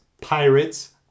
Pirates